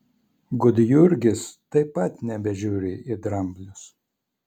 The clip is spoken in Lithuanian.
gudjurgis taip pat nebežiūri į dramblius